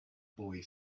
boy